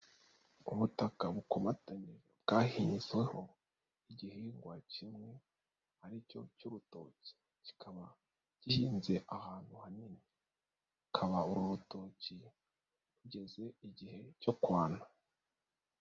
Ubutaka bukomatanye bwahinzweho igihingwa kimwe aricyo cy'urutoki kikaba gihinze ahantu hanini hakaba uru rutoki rugeze igihe cyo kwana.